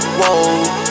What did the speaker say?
whoa